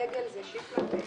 בדגל התורה זה?